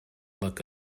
look